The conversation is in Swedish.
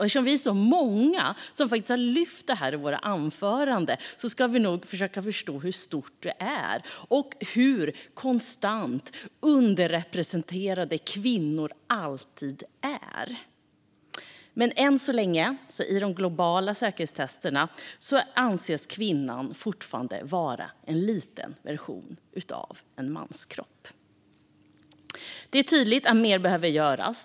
Eftersom vi är så många som faktiskt har lyft detta i våra anföranden måste vi försöka förstå hur stort det är och hur konstant underrepresenterade kvinnor alltid är. Men i de globala säkerhetstesterna anses kvinnan fortfarande vara en liten version av en manskropp. Det är tydligt att mer behöver göras.